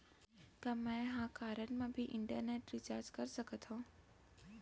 का मैं ह कारड मा भी इंटरनेट रिचार्ज कर सकथो